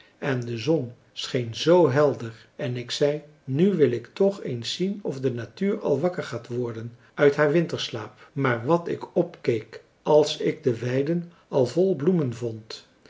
en de zon scheen zoo helder en ik zei nu wil ik toch eens zien of de natuur al wakker gaat worden uit haar winterslaap maar wat ik opkeek als ik de weiden al vol bloemen vond